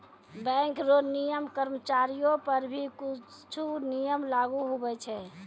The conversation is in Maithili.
बैंक रो नियम कर्मचारीयो पर भी कुछु नियम लागू हुवै छै